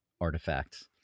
artifacts